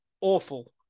awful